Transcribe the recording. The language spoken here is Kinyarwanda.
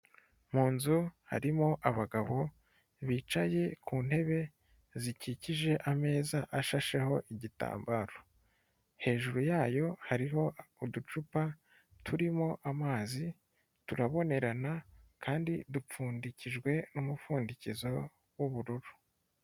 Mu nzu harimo abagabo bicaye ku ntebe zikikije ameza ashasheho igitambaro, hejuru yayo hariho uducupa turimo amazi turabonerana kandi dupfundikijwe n'umupfundikizo w'ubururu.